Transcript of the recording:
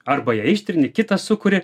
arba jei ištrini kitą sukuri